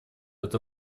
это